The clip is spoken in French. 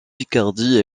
picardie